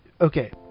okay